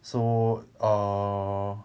so err